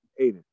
Aiden